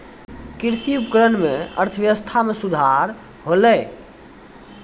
कृषि उपकरण सें अर्थव्यवस्था में सुधार होलय